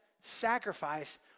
sacrifice